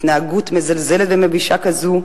התנהגות מזלזלת ומבישה כזאת,